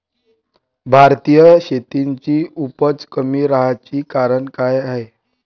भारतीय शेतीची उपज कमी राहाची कारन का हाय?